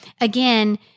again